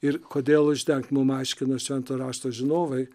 ir kodėl uždengt mum aiškina švento rašto žinovai